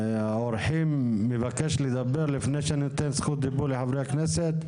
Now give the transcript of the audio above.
מהאורחים מבקש לדבר לפני שאני אתן זכות דיבור לחברי הכנסת?